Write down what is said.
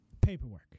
paperwork